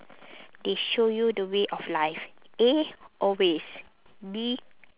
they show you way of life A always B